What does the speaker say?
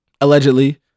allegedly